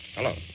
Hello